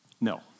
No